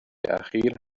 اخیر